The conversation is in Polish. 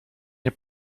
nie